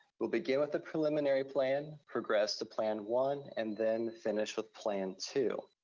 we'll begin with the preliminary plan, progress to plan one, and then finish with plan two.